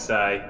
Say